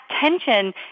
tension